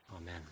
Amen